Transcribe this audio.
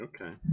Okay